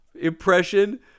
impression